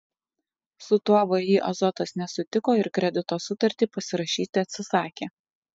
su tuo vį azotas nesutiko ir kredito sutartį pasirašyti atsisakė